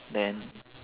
then